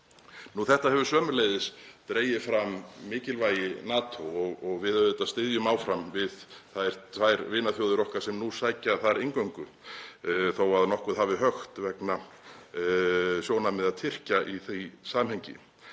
Þetta hefur sömuleiðis dregið fram mikilvægi NATO. Við auðvitað styðjum áfram við þær tvær vinaþjóðir okkar sem nú sækja þar um inngöngu þó að nokkuð hafi hökt vegna sjónarmiða Tyrkja í því samhengi.